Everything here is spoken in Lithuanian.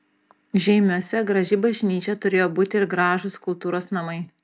žeimiuose graži bažnyčia turėjo būti ir gražūs kultūros namai